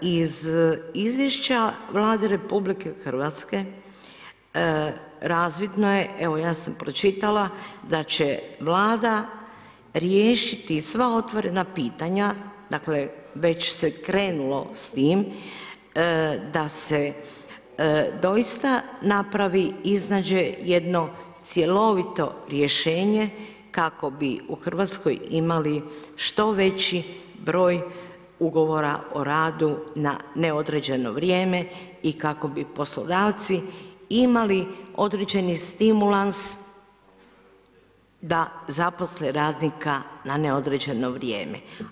Iz izvješća Vlade RH razvidno je, evo ja sam pročitala, da će Vlada riješiti sva otvorena pitanja, dakle već se krenulo s tim, da se doista napravi, iznađe jedno cjelovito rješenje kako bi u Hrvatskoj imali što veći broj ugovora o radu na neodređeno vrijeme i kako bi poslodavci imali određeni stimulans da zaposle radnika na neodređeno vrijeme.